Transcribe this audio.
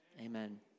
Amen